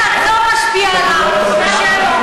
אתה רוצה לגיטימציה להביא ארבע נשים,